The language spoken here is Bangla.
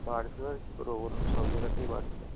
বাড়ছে তো আর কি করবো বলুন সব জায়গাতেই বাড়ছে